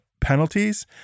penalties